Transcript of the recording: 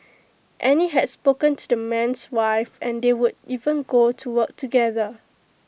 Annie had spoken to the man's wife and they would even go to work together